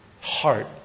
heart